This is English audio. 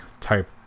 type